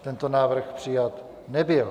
Tento návrh přijat nebyl.